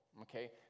okay